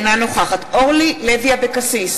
אינה נוכחת אורלי לוי אבקסיס,